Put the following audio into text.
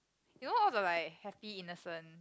you know all the like happy innocent